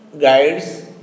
guides